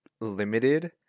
limited